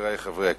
חברי חברי הכנסת,